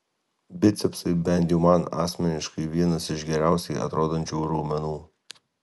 bicepsai bent jau man asmeniškai vienas iš geriausiai atrodančių raumenų